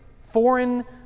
foreign